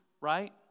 right